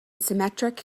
symmetric